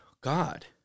God